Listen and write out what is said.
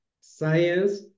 science